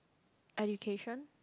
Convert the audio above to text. education